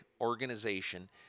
organization